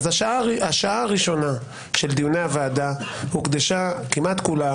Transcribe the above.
השעה הראשונה של דיוני הוועדה הוקדשה כמעט כולה